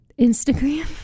Instagram